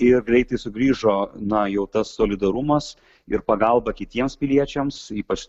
ir greitai sugrįžo na jau tas solidarumas ir pagalba kitiems piliečiams ypač